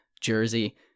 jersey